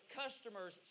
customers